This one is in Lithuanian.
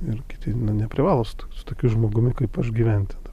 ir kiti neprivalo su tokiu su tokiu žmogumi kaip aš gyventi